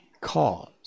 cause